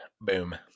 Boom